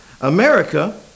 America